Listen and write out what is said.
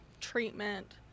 treatment